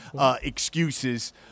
excuses